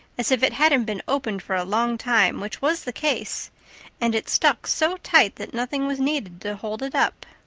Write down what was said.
as if it hadn't been opened for a long time, which was the case and it stuck so tight that nothing was needed to hold it up.